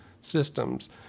systems